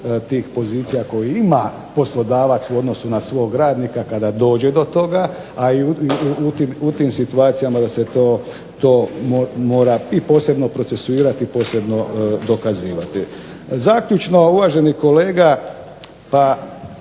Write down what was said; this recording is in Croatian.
tih pozicija koju ima poslodavac u odnosu na svog radnika kada dođe do toga, a u tim situacijama da se to mora i posebno procesuirati i dokazivati. zaključno uvaženi kolega u